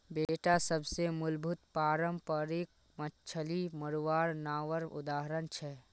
बेडा सबसे मूलभूत पारम्परिक मच्छ्ली मरवार नावर उदाहरण छे